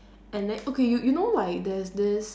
and then okay you you know like there's this